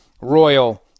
royal